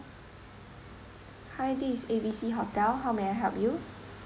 hi this is A B C hotel how may I help you